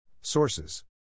Sources